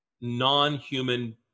non-human